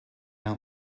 out